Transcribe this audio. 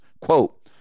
quote